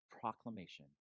proclamation